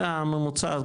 זה הממוצע,